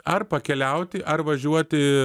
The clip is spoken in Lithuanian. ar pakeliauti ar važiuoti